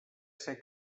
ser